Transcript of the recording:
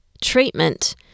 treatment